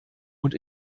und